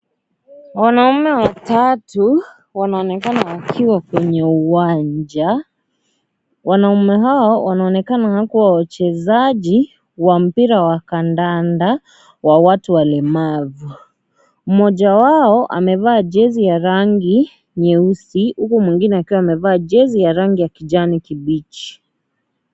Wanaume watatu wanaonekana wakiwa kwenye uwanja. Wanaume hawa, wanaonekana kuwa wachezaji wa mpira wa kandanda, wa watu walemavu. Mmoja wao amevaa jezi ya rangi nyeusi, huku mwingine akiwa amevaa jezi ya rangi ya kijani kibichi.